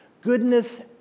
Goodness